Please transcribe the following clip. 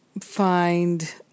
find